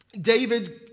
David